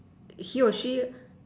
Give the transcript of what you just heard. he or she